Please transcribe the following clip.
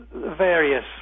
various